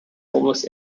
almost